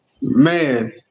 man